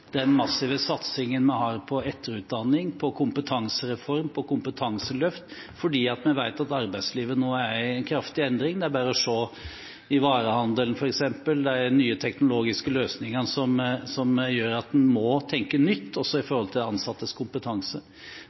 den massive satsingen vi har på etterutdanning, på kompetansereform, på kompetanseløft, fordi vi vet at arbeidslivet nå er i kraftig endring. Det er bare å se i varehandelen, f.eks., med de nye teknologiske løsningene der som gjør at en må tenke nytt, også når det gjelder de ansattes kompetanse.